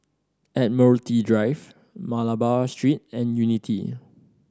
Admiralty Drive Malabar Street and Unity